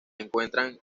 encuentran